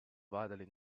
widely